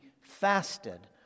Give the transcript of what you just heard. fasted